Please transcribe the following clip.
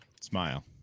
Smile